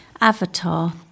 Avatar